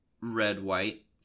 red-white